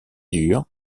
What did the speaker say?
dure